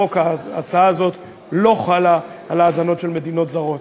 ההצעה הזאת לא חלה על האזנות של מדינות זרות.